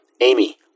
Amy